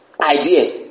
idea